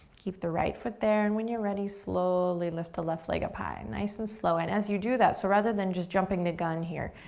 keep the right foot there, and when you're ready, slowly lift the left leg up high, nice and slow, and as you do that, so rather than just jumping the gun here,